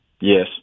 Yes